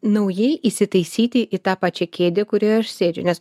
naujai įsitaisyti į tą pačią kėdę kurioje aš sėdžiu nes